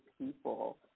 people